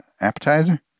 appetizer